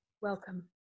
welcome